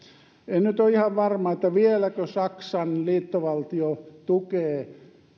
en nyt ole ihan varma siitä vieläkö saksan liittovaltio tukee